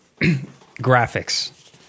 Graphics